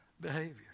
behavior